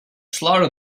slaughter